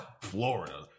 Florida